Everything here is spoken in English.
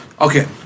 okay